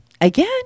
Again